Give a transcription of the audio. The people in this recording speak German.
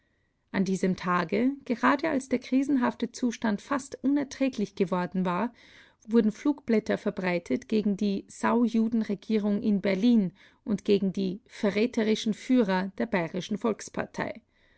an diesem tage gerade als der krisenhafte zustand fast unerträglich geworden war wurden flugblätter verbreitet gegen die saujudenregierung in berlin und gegen die verräterischen führer der bayerischen volkspartei